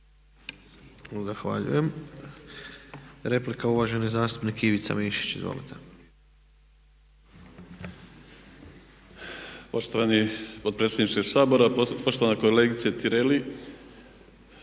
Zahvaljujem. Replika, uvaženi zastupnik Ivica Mišić. Izvolite.